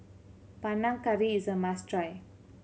Panang Curry is a must try